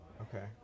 Okay